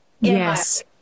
Yes